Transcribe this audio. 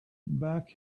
back